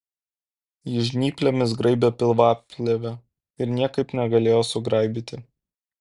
jis žnyplėmis graibė pilvaplėvę ir niekaip negalėjo sugraibyti